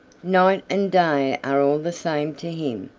night and day are all the same to him.